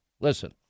Listen